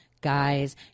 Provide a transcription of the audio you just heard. Guys